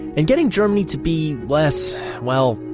and getting germany to be less, well,